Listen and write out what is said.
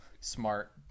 smart